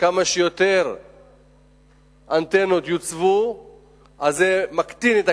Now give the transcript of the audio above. שככל שיוצבו יותר אנטנות תקטן הקרינה,